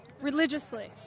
religiously